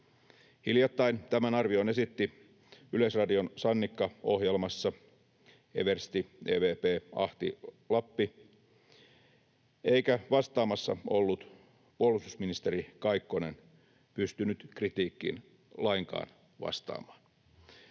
Hiljattain tämän arvion esitti Yleisradion Sannikka-ohjelmassa eversti evp. Ahti Lappi, eikä vastaamassa ollut puolustusministeri Kaikkonen pystynyt kritiikkiin lainkaan vastaamaan.